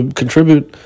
contribute